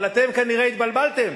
אבל אתם כנראה התבלבלתם.